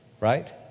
right